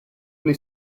pli